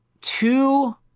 Two